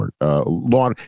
law